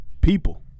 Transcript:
people